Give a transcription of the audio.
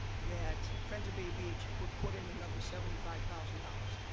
that friends of bay beach would put in another seventy five thousand dollars.